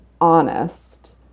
honest